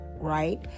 right